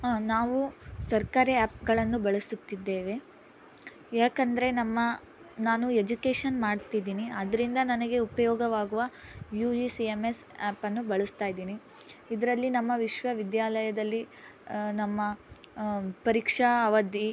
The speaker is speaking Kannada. ನಾವು ಸರ್ಕಾರಿ ಆ್ಯಪ್ಗಳನ್ನು ಬಳಸುತ್ತಿದ್ದೇವೆ ಯಾಕೆಂದ್ರೆ ನಮ್ಮ ನಾನು ಎಜುಕೇಶನ್ ಮಾಡ್ತಿದ್ದೀನಿ ಅದರಿಂದ ನನಗೆ ಉಪಯೋಗವಾಗುವ U E C M S ಆ್ಯಪ್ಅನ್ನು ಬಳಸ್ತಾಯಿದ್ದೀನಿ ಇದರಲ್ಲಿ ನಮ್ಮ ವಿಶ್ವವಿದ್ಯಾಲಯದಲ್ಲಿ ನಮ್ಮ ಪರೀಕ್ಷಾ ಅವಧಿ